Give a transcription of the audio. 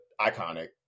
iconic